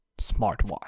smartwatch